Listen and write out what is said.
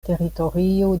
teritorio